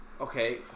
Okay